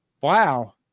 Wow